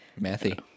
mathy